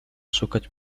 szukać